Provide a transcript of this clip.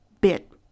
bit